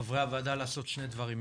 חברי הוועדה, לעשות שני דברים.